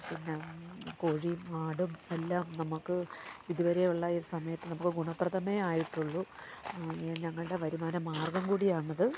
പിന്ന കോഴിയും ആടും എല്ലാം നമുക്ക് ഇതുവരെയുള്ള ഈ സമയത്ത് നമുക്ക് ഗുണപ്രദമേ ആയിട്ടുള്ളു ഞങ്ങളുടെ വരുമാന മാർഗംകൂടിയാണത്